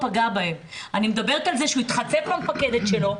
אני מדברת על זה שהוא התחצף למפקדת שלו,